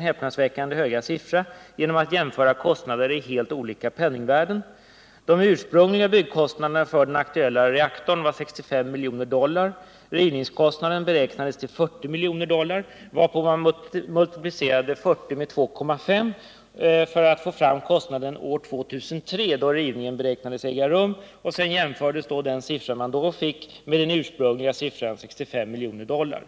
häpnadsväckande höga kostnad genom att göra jämförelser i helt olika penningvärden. De ursprungliga byggkostnaderna för den aktuella reaktorn var 65 miljoner dollar och rivningskostnaden beräknades till 40 miljoner dollar. Man multiplicerade i rapporten rivningskostnaden med 2,5 för att få fram kostnaden år 2003, då rivningen beräknades komma att äga rum, och jämförde det tal man då fick med den ursprungliga kostnaden 65 miljoner dollar.